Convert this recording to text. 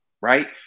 right